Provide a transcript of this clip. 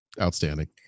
outstanding